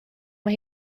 mae